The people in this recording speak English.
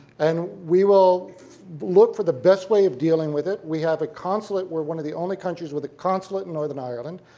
and we will look for the best way of dealing with it. we have a consulate, we're one of the only countries with a consulate in northern ireland,